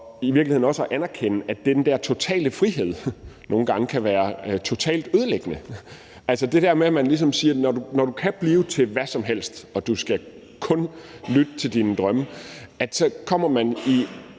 i virkeligheden også at anerkende, at den der totale frihed nogle gange kan være totalt ødelæggende. Altså, det der med, at der ligesom bliver sagt, at man kan blive til hvad som helst og kun skal lytte til sine drømme, betyder, at man